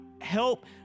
help